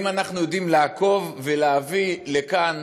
האם אנחנו יודעים לעקוב ולהביא לכאן